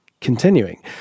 continuing